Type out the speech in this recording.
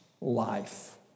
life